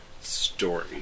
Story